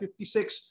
56